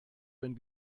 wenn